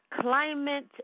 climate